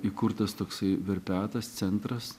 įkurtas toksai verpetas centras